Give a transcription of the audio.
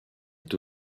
est